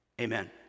Amen